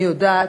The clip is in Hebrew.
אני יודעת,